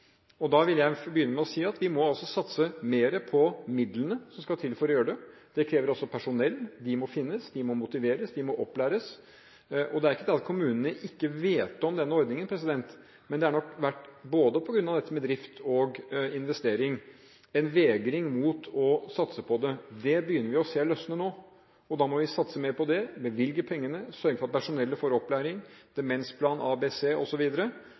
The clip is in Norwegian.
lov. Da vil jeg si at vi må satse mer på midlene som skal til for å gjøre det. Det krever også personell. De må finnes, de må motiveres og de må opplæres. Det er ikke det at kommunen ikke vet om denne ordningen, men det har nok – både på grunn av dette med drift og investering – vært en vegring mot å satse på dette. Nå begynner vi å se at dette løsner, og da må vi satse mer på det, bevilge pengene, sørge for at personellet får opplæring – Demensomsorgens ABC